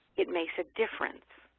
it makes a difference.